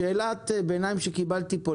שאלת ביניים שקיבלתי כאן,